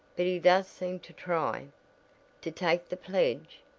but he does seem to try to take the pledge?